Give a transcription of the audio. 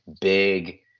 big –